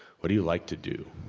what do you like to do.